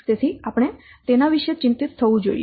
તેથી આપણે તેના વિશે ચિંતિત થવું જોઈએ